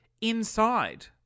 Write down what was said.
inside